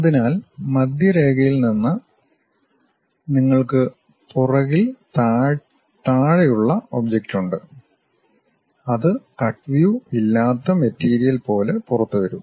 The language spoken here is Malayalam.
അതിനാൽ മധ്യരേഖയിൽ നിന്ന് നിങ്ങൾക്ക് പുറകിൽ താഴെയുള്ള ഒബ്ജക്റ്റ് ഉണ്ട് അത് കട്ട് വ്യൂ ഇല്ലാത്ത മെറ്റീരിയൽ പോലെ പുറത്തുവരും